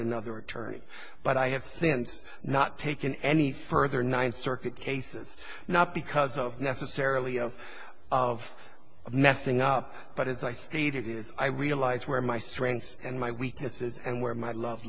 another attorney but i have since not taken any further ninth circuit cases not because of necessarily of of messing up but as i stated i realize where my strengths and my weaknesses and where my love